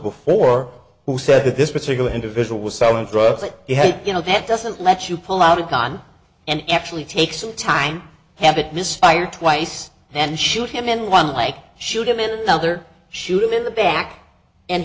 before who said that this particular individual was selling drugs that he had you know that doesn't let you pull out a gun and actually take some time have it misfired twice and shoot him in one like shoot him in the other shoot in the back and